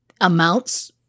amounts